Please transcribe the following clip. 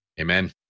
Amen